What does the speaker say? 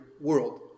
world